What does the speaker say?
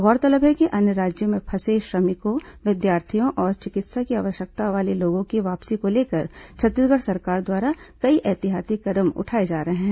गौरतलब है कि अन्य राज्यों में फंसे श्रमिकों विद्यार्थियों और चिकित्सा की आवश्यकता वाले लोगों की वापसी को लेकर छत्तीसगढ़ सरकार द्वारा कई एहतियाती कदम उठाए जा रहे हैं